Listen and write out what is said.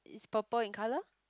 it's purple in colour